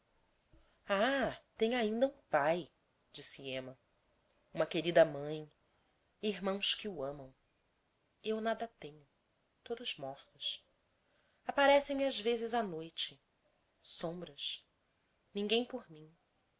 tem ainda um pai disse ema uma querida mãe irmãos que o amam eu nada tenho todos mortos aparecem me às vezes à noite sombras ninguém por mim